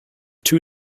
two